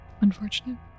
unfortunate